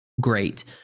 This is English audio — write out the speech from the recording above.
great